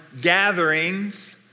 gatherings